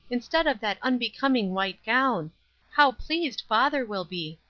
instead of that unbecoming white gown how pleased father will be!